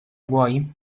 vuoi